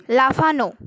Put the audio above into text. লাফানো